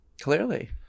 Clearly